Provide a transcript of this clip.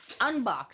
Unbox